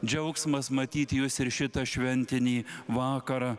džiaugsmas matyti juos ir šitą šventinį vakarą